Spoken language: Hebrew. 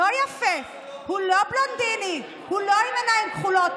לא הפסדנו אף נאום פה.